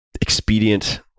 expedient